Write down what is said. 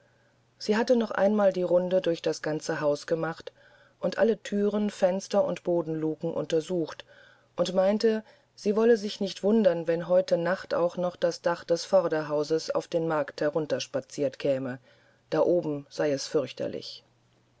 sie hatte noch einmal die runde durch das ganze haus gemacht und alle thüren fenster und bodenluken untersucht und meinte sie wolle sich nicht wundern wenn heute nacht auch noch das dach des vorderhauses auf den markt herunterspaziert käme da oben sei es fürchterlich